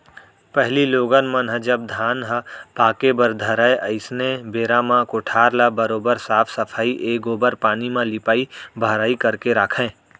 पहिली लोगन मन ह जब धान ह पाके बर धरय अइसनहे बेरा म कोठार ल बरोबर साफ सफई ए गोबर पानी म लिपाई बहराई करके राखयँ